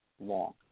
long